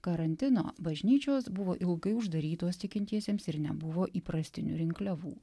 karantino bažnyčios buvo ilgai uždarytos tikintiesiems ir nebuvo įprastinių rinkliavų